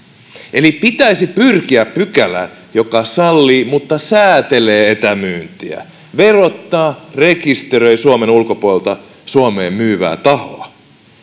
pitäisi pyrkiä pykälään joka sallii etämyynnin mutta säätelee sitä verottaa rekisteröi suomen ulkopuolelta suomeen myyvää tahoa